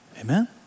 Amen